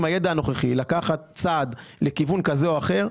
הידע הנוכחי - לקחת צעד לכיוון זה או אחר,